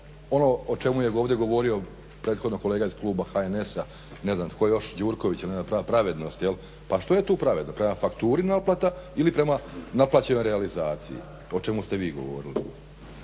ono o čemu je govorio ovdje prethodno kolega iz Kluba HNS-a, ne znam tko još Gjurković o pravednosti, jel? Pa što je tu pravedno? Prema fakturi naplata ili prema naplaćenoj realizaciji o čemu ste vi govorili?